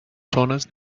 zonas